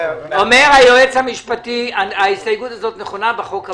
אומר היועץ המשפטי ההסתייגות הזאת נכונה בחוק הבא.